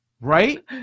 Right